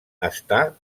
està